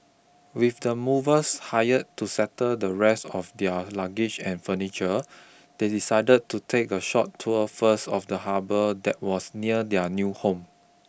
with the movers hired to settle the rest of their luggage and furniture they decided to take a short tour first of the harbour that was near their new home